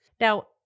Now